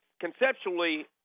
Conceptually